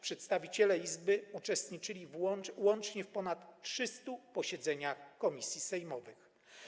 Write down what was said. Przedstawiciele Izby uczestniczyli łącznie w ponad 300 posiedzeniach komisji sejmowych.